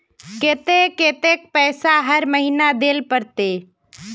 केते कतेक पैसा हर महीना देल पड़ते?